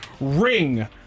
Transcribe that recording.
Ring